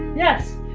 yes.